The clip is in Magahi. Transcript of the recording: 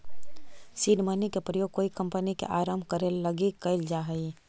सीड मनी के प्रयोग कोई कंपनी के आरंभ करे लगी कैल जा हई